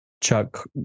Chuck